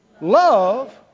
Love